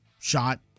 shot